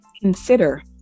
consider